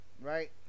right